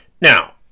now